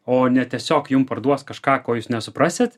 o ne tiesiog jum parduos kažką ko jūs nesuprasit